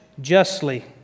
justly